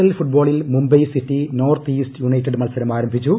L ഫുട്ബോളിൽ Mumbai City North East United മത്സരം ആരംഭിച്ചു